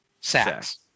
sacks